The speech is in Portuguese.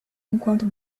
enquanto